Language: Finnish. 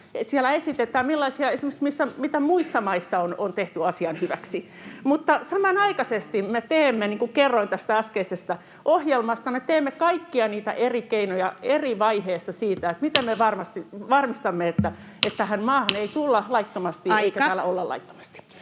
siellä esitetään, esimerkiksi mitä muissa maissa on tehty asian hyväksi, mutta samanaikaisesti me teemme, niin kuin kerroin tästä äskeisestä ohjelmasta, kaikkia niitä eri keinoja eri vaiheessa, miten me varmistamme, että tähän maahan ei tulla laittomasti [Puhemies: Aika!] eikä täällä olla laittomasti.